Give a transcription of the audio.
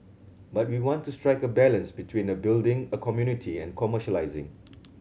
but we want to strike a balance between building a community and commercialising